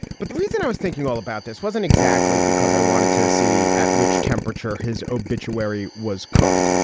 but the reason i was thinking all about this wasn't exactly because i wanted to see at which temperature his obituary was cooked.